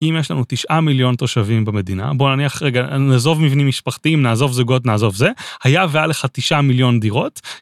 אם יש לנו תשעה מיליון תושבים במדינה בוא נניח רגע נעזוב מבנים משפחתיים נעזוב זוגות נעזוב זה היה והיה לך תשעה מיליון דירות.